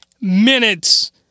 minutes